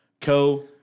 co